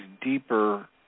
deeper